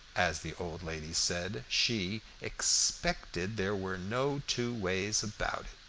as the old lady said, she expected there were no two ways about